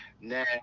now